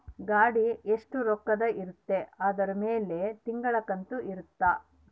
ಗಾಡಿ ಎಸ್ಟ ರೊಕ್ಕದ್ ಇರುತ್ತ ಅದುರ್ ಮೇಲೆ ತಿಂಗಳ ಕಂತು ಇರುತ್ತ